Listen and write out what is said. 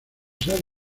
sale